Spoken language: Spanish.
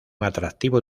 atractivo